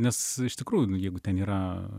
nes iš tikrųjų nu jeigu ten yra